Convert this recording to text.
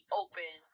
open